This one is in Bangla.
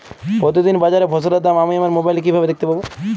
প্রতিদিন বাজারে ফসলের দাম আমি আমার মোবাইলে কিভাবে দেখতে পাব?